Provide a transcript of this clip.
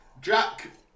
Jack